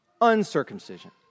uncircumcision